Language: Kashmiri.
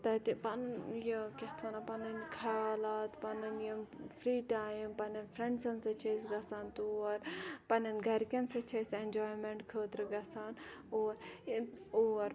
تَتہِ پَنُن یہِ کیاہ اَتھ وَنان پَنٕنۍ خَیالات پَنٕنۍ یہِ فری ٹایِم پَننٮ۪ن فرنڈسَن سۭتۍ چھِ أسۍ گَژھان تور پنٕنۍ گَرکٮ۪ن سۭتۍ چھِ أسۍ اٮ۪نجایمینٹ خٲطرٕ گَژھان اور اور